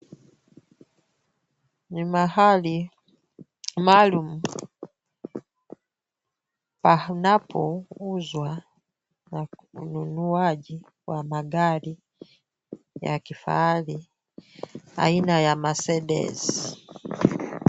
Ni mahali maalum panapouzwa na ununuaji wa magari ya kifahari aina ya Mercedes .